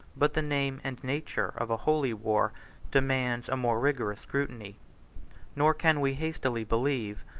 but the name and nature of a holy war demands a more rigorous scrutiny nor can we hastily believe,